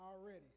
already